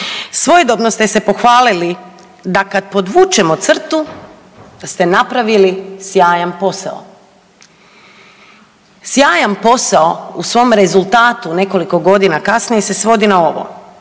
Svojedobno ste se pohvalili da kad podvučemo crtu ste napravili sjajan posao. Sjajan posao u svom rezultatu nekoliko godina kasnije se svodi na ovo: